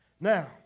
Now